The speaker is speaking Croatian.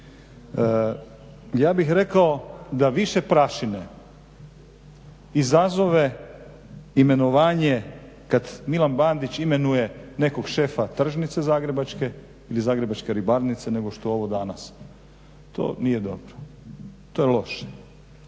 Ja bih rekao da više prašine izazove imenovanje kad Milan Bandić imenuje nekog šefa tržnice zagrebačke ili zagrebačke ribarnice nego što je ovo danas. To nije dobro, to je loše.